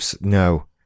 No